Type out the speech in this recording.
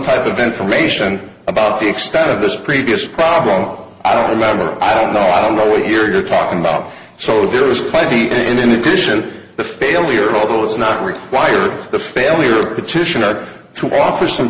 type of information about the extent of this previous problem i don't remember i don't know i don't know what you're talking about so there was plenty and in addition the failure although it's not required the failure petitioner to offer some